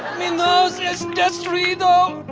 mi nose is destruido.